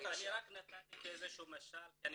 אני רק נתתי את זה כאיזה שהוא משל כי אני